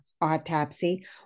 autopsy